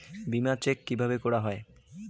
বিমা চেক কিভাবে করা হয়?